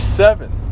seven